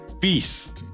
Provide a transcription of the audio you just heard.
Peace